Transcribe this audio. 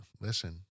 listen